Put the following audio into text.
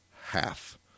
half